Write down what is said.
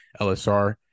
lsr